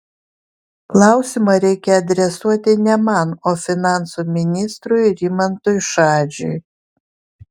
klausimą reikia adresuoti ne man o finansų ministrui rimantui šadžiui